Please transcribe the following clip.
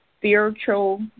spiritual